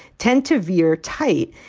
tend to veer tight.